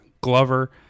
Glover